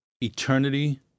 Eternity